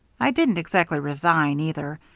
i didn't exactly resign, either,